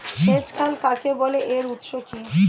সেচ খাল কাকে বলে এর উৎস কি?